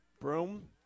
Broom